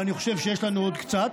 ואני חושב שיש לנו עוד קצת,